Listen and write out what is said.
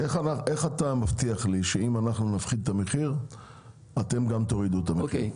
איך אתה מבטיח לי שאם נפחית את המחיר אתם גם תורידו את המחיר?